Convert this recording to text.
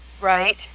Right